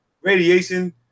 radiation